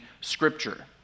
Scripture